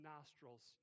nostrils